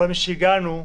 אבל משהגענו,